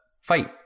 fight